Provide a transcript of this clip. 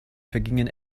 vergingen